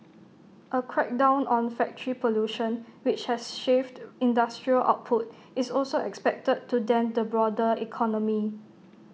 A crackdown on factory pollution which has shaved industrial output is also expected to dent the broader economy